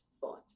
thought